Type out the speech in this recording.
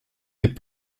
des